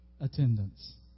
attendance